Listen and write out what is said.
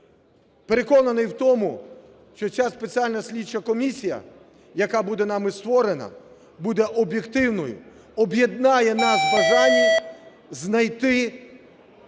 Переконаний в тому, що ця спеціально слідча комісія, яка буде нами створена, буде об'єктивною, об'єднає нас в бажанні знайти реальну